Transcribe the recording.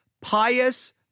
pious